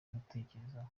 gutekerezaho